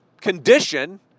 condition